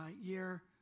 year